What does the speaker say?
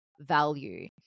value